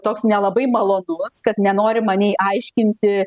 toks nelabai malonus kad nenorima nei aiškinti